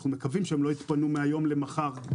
אנחנו מקווים שהם לא יתפנו מהיום למחר.